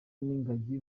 n’ingagi